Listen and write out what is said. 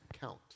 count